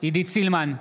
עידית סילמן,